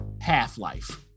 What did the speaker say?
half-life